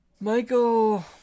Michael